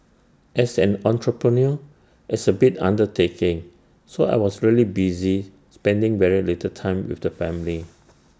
as an entrepreneur it's A big undertaking so I was really busy spending very little time with the family